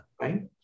Right